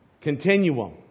continuum